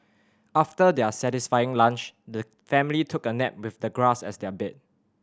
after their satisfying lunch the family took a nap with the grass as their bed